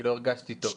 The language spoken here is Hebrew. כי לא הרגשתי טוב,